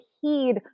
heed